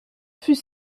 fut